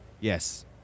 Yes